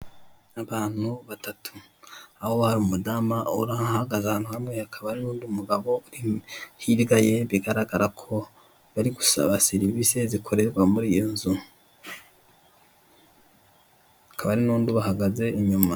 Abantu batatu aho hari umudamu uhagaze ahantu hamwe hakaba n'undi mugabo hirya ye bigaragara ko bari gusaba serivise zikorerwa muri iyi nzu. Hakaba hari n'undi ubahagaze inyuma.